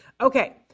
Okay